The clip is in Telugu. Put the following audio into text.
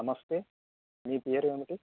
నమస్తే మీ పేరేంటి